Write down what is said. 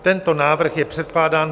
Tento návrh je předkládán